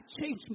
changed